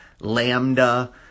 Lambda